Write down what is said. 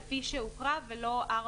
(4) כפי שהוקרא ולא (4)